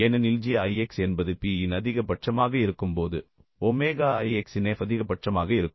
ஏனெனில் g i x என்பது p இன் அதிகபட்சமாக இருக்கும்போது ஒமேகா i x இன் f அதிகபட்சமாக இருக்கும்